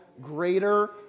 greater